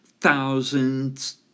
thousands